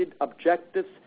objectives